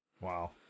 Wow